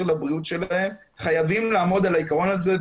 לבריאות שלהם חייבים לעמוד על העיקרון הזה.